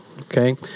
Okay